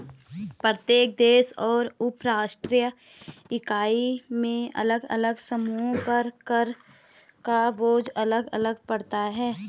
प्रत्येक देश और उपराष्ट्रीय इकाई में अलग अलग समूहों पर कर का बोझ अलग अलग पड़ता है